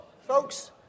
folks